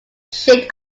shade